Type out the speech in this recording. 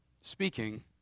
speaking